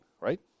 right